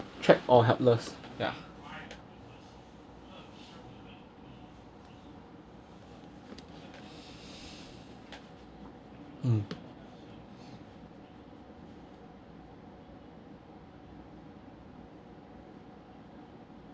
trapped or helpless ya mm